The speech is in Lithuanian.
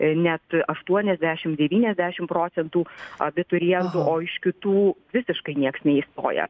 net aštuoniasdešimt devyniasdešimt procentų abiturientų o iš kitų visiškai nieks neįstoja